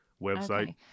website